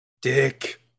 Dick